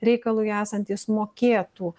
reikalui esant jis mokėtų